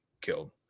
killed